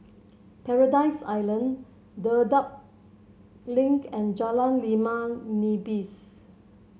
Paradise Island Dedap Link and Jalan Limau Nipis